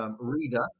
reader